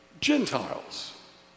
Gentiles